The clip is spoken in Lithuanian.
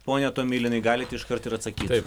pone tomilinai galite iškart ir atsakyt taip